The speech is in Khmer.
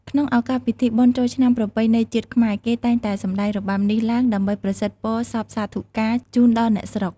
ក្នុងឱកាសពិធីបុណ្យចូលឆ្នាំប្រពៃណីជាតិខ្មែរគេតែងតែសម្តែងរបាំនេះឡើងដើម្បីប្រសិទ្ធពរសព្ទសាធុការជូនដល់អ្នកស្រុក។